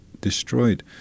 destroyed